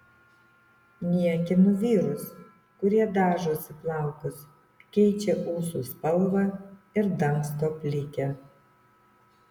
niekinu vyrus kurie dažosi plaukus keičia ūsų spalvą ir dangsto plikę